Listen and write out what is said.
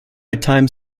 time